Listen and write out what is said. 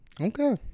Okay